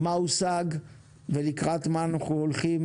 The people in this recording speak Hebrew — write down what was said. מה הושג ולקראת מה אנחנו הולכים